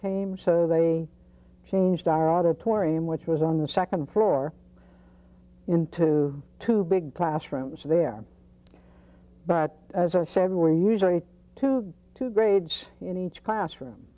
came so they changed our auditorium which was on the second floor into two big classrooms there but as i said we're usually to have two grades in each classroom